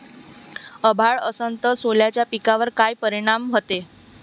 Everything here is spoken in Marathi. अभाळ असन तं सोल्याच्या पिकावर काय परिनाम व्हते?